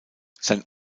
sein